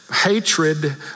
hatred